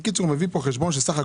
ככל שיותר קשה לו ברמה